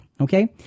Okay